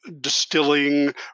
distilling